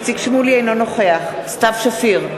אינו נוכח סתיו שפיר,